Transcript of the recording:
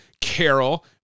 Carol